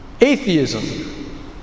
Atheism